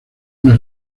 una